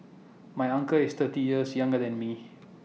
my uncle is thirty years younger than me